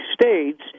states